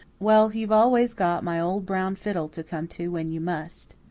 well, you've always got my old brown fiddle to come to when you must.